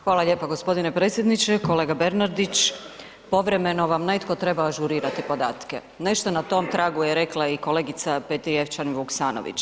Hvala lijepa gospodine predsjedniče, kolega Bernardić povremeno vam netko treba ažurirati podatke, nešto na tom tragu je rekla i kolegica Petrijevčanin Vuksanović.